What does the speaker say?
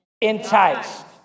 enticed